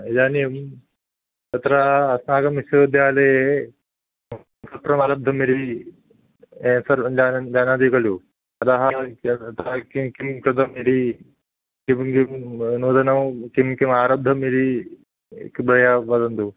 इदानीं तत्र अस्माकं विश्वविद्यालये कुत्र वा लब्धं यदि एतत् जानन् जानाति खलु अतः किं किं कृतम् इति किं किं नूतनं किं किम् आरब्धम् इति कृपया वदन्तु